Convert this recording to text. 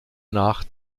nach